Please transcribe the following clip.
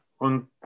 und